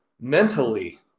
mentally